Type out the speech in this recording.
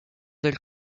del